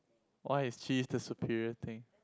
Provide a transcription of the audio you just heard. why is cheese the superior thing